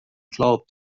glaubt